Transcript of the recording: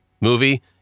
movie